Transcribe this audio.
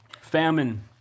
famine